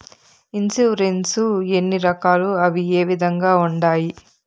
insurance ఎన్ని రకాలు అవి ఏ విధంగా ఉండాయి